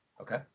Okay